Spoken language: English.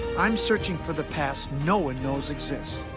i'm searching for the past no one knows exists.